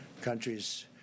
countries